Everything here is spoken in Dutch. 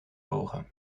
ogen